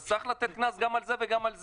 אז צריך לתת קנס גם על זה וגם על זה.